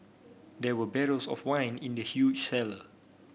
there were barrels of wine in the huge cellar